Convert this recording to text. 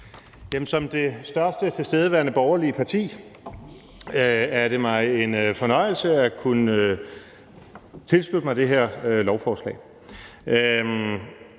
Som det største tilstedeværende borgerlige parti er det mig en fornøjelse at kunne tilslutte mig det her lovforslag.